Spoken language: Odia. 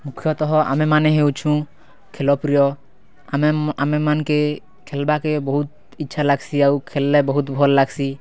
ମୁଖ୍ୟତଃ ଆମେମାନେ ହେଉଛୁଁ ଖେଲ ପ୍ରିୟ ଆମେ ଆମେ ମାନ୍କେ ଖେଲ୍ବାକେ ବହୁତ୍ ଇଚ୍ଛା ଲାଗ୍ସି ଆଉ ଖେଲ୍ଲେ ବହୁତ୍ ଭଲ୍ ଲାଗ୍ସି